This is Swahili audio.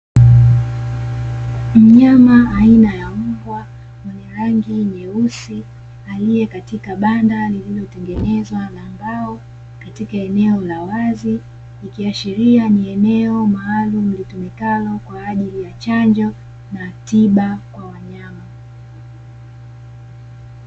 Mnyama aina ya mbwa mwenye rangi nyeusi aliye katika banda, lililotengenezwa na mbao katika eneo la wazi ikiashiria ni eneo maalumu litumikalo kwa ajili ya chanjo na tiba kwa wanyama.